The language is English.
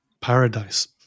paradise